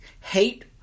Hate